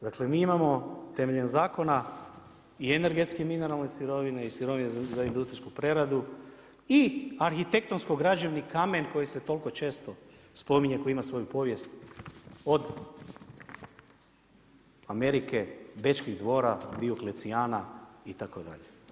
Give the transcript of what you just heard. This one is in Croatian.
Dakle mi imamo temeljem zakona i energetski mineralne sirovine i sirovine za industrijsku preradu i arhitektonsko građevni kamen koji se toliko često spominje koji ima svoju povijest od Amerike, Bečkih dvora, Dioklecijana itd.